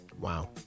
Wow